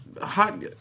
hot